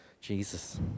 Jesus